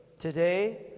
Today